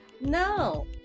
no